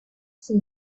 from